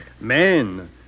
Men